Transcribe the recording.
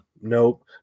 nope